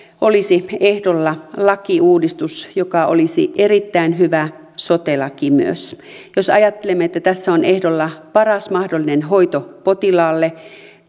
olisi ehdolla lakiuudistus joka olisi myös erittäin hyvä sote laki jos ajattelemme että tässä on ehdolla paras mahdollinen hoito potilaalle